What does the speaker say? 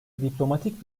diplomatik